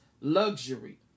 luxury